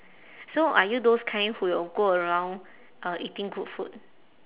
so are you those kind who will go around uh eating good food